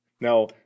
Now